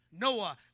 Noah